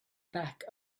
back